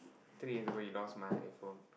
treat as the way he lost my iPhone